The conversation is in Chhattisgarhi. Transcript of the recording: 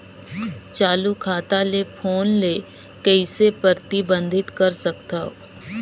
चालू खाता ले फोन ले कइसे प्रतिबंधित कर सकथव?